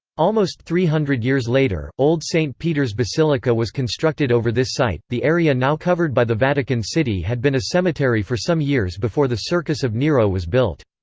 almost three hundred years later, old st. peter's basilica was constructed over this site the area now covered by the vatican city had been a cemetery for some years before the circus of nero was built.